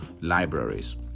libraries